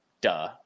Duh